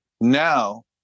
now